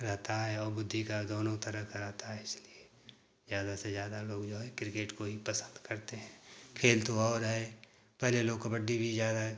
रहता है और बुद्धि का दोनों तरह का रहता है इसलिए ज़्यादा से ज़्यादा लोग जो है किर्केट को ही पसंद करते हैं खेल तो और है पहले लोग कबड्डी भी ज़्यादा